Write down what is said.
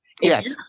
Yes